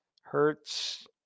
Hertz